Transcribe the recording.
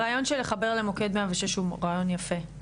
הרעיון של לחבר למוקד 106 הוא רעיון יפה,